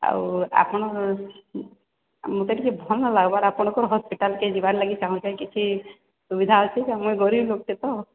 ଆଉ ଆପଣ ମୋତେ ଟିକେ ଭଲ ନାଇଁ ଲାଗବାର ଆପଣଙ୍କର ହସ୍ପିଟାଲ୍ ଯିବାର୍ ଲାଗି ଟିକେ ଚାହୁଁଛେ କିଛି ସୁବିଧା ଅଛେ କି ମୁଇଁ ଟିକେ ଗରିବ ଲୋକ୍ଟେ ତ